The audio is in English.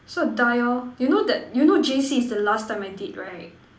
so die lor you know that you know J_C is the last time I did right